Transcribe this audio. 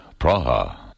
Praha